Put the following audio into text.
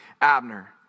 Abner